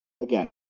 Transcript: again